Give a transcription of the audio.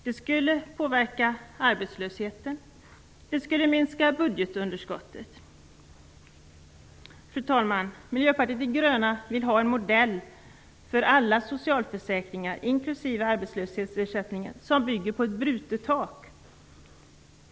Det skulle påverka arbetslösheten och minska budgetunderskottet. Fru talman! Miljöpartiet de gröna vill ha en modell för alla socialförsäkringar, inklusive arbetslöshetsersättningen, som bygger på ett brutet tak.